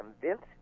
convinced